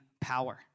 power